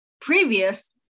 previous